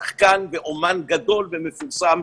שחקן ואמן גדול ומפורסם,